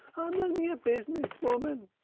i'm only a business woman.